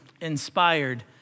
inspired